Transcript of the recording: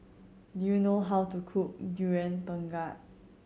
do you know how to cook Durian Pengat